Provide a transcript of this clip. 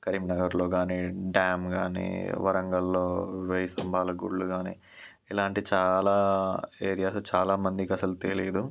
కరీంనగర్లో కాని డ్యామ్ కాని వరంగల్లో వేయి స్తంభాల గుళ్ళు కాని ఇలాంటి చాలా ఏరియాస్ చాలామందికి అసలు తెలియదు